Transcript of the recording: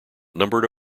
number